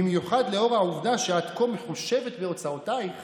במיוחד לאור העובדה שאת כה מחושבת בהוצאותייך